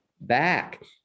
back